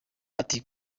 ati